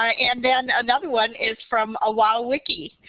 ah and then another one is from ah wowwiki.